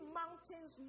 mountains